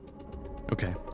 Okay